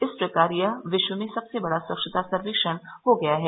इस प्रकार यह विश्व में सबसे बड़ा स्वच्छता सर्वेक्षण हो गया है